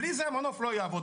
בלי זה המנוף לא יעבוד.